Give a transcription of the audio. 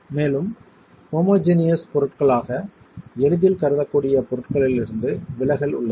மேலும் ஹோமோஜெனியஸ் பொருட்களாக எளிதில் கருதக்கூடிய பொருட்களிலிருந்து விலகல் உள்ளது